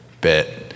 bit